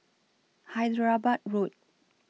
Hyderabad Road